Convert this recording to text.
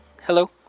Hello